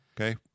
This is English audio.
Okay